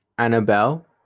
Annabelle